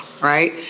right